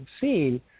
seen